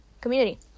community